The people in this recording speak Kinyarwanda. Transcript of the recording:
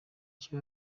cyo